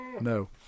No